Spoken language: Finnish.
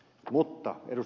mutta ed